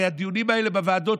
הרי הדיונים האלה בוועדות,